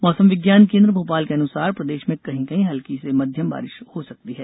मौसम विज्ञान केन्द्र भोपाल के अनुसार प्रदेश में कहीं कहीं हल्की से मध्यम बारिष हो सकती है